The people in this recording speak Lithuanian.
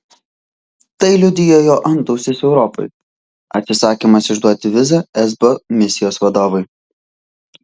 tai liudija jo antausis europai atsisakymas išduoti vizą esbo misijos vadovui